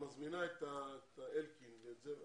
כשאת מזמינה את אלקין ואת זה,